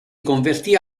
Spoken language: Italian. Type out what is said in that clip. convertì